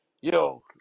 yo